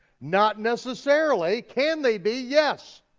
not necessarily, can they be, yes.